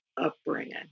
upbringing